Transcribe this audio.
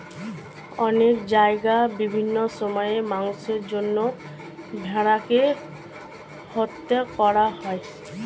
অনেক জায়গায় বিভিন্ন সময়ে মাংসের জন্য ভেড়াকে হত্যা করা হয়